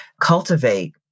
cultivate